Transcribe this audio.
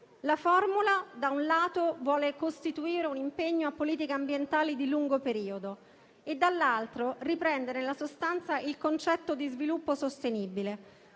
La formula, da un lato, vuole costituire un impegno a politiche ambientali di lungo periodo e, dall'altro, riprendere nella sostanza il concetto di sviluppo sostenibile,